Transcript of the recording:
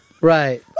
Right